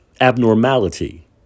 abnormality